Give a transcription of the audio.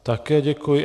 Také děkuji.